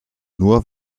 nur